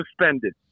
suspended